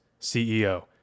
CEO